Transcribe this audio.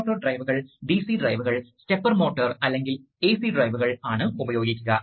മർദ്ദം സൃഷ്ടിക്കാൻ വായു ഒഴുകുന്നു എന്നതാണ് അടിസ്ഥാന ആശയം